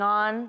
on